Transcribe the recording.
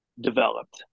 developed